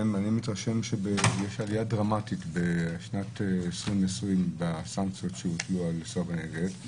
שיש עלייה דרמטית בשנת 2020 בסנקציות שהוטלו על סרבני גט.